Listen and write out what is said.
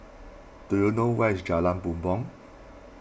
do you know where is Jalan Bumbong